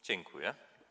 Dziękuję.